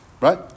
right